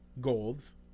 golds